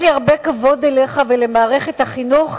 יש לי הרבה כבוד אליך ולמערכת החינוך,